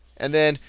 and then,